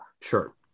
Sure